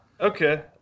okay